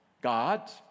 God